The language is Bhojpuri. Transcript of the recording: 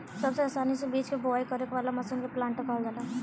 सबसे आसानी से बीज के बोआई करे वाला मशीन के प्लांटर कहल जाला